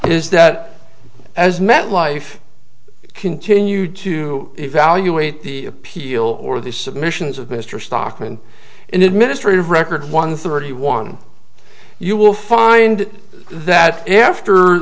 here is that as matt life continue to evaluate the appeal or the submissions of mr stockman in administrative record one thirty one you will find that after